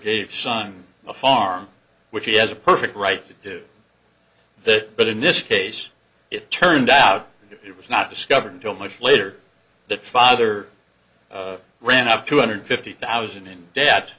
gave son a farm which he has a perfect right to do that but in this case it turned out it was not discovered until much later that father ran up two hundred fifty thousand in debt